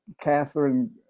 Catherine